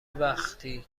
وقتی